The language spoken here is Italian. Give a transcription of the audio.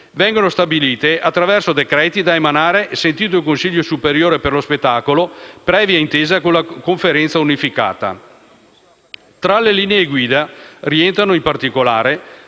vengono stabilite attraverso decreti da emanare, sentito il Consiglio superiore per lo spettacolo previa intesa con la Conferenza unificata. Tra le linee guida rientrano, in particolare,